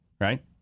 right